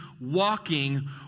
walking